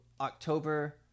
October